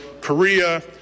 Korea